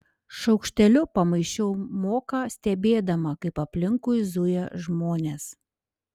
šaukšteliu pamaišiau moką stebėdama kaip aplinkui zuja žmonės